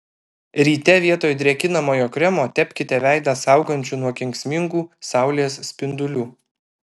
ryte vietoj drėkinamojo kremo tepkite veidą saugančiu nuo kenksmingų saulės spindulių